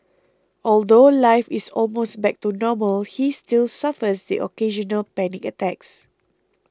although life is almost back to normal he still suffers the occasional panic attacks